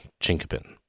chinkapin